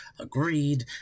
agreed